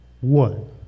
one